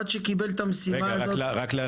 המשרד לשוויון חברתי אמון על הנושא הזה בהסכם הקואליציוני.